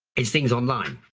it's things online.